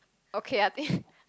okay I think